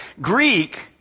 Greek